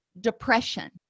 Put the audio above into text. depression